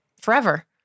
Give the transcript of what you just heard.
forever